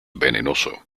venenoso